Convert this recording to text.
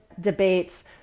debates